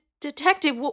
Detective